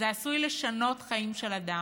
וזה עשוי לשנות חיים של אדם.